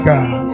God